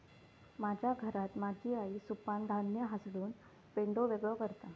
माझ्या घरात माझी आई सुपानं धान्य हासडून पेंढो वेगळो करता